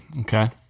Okay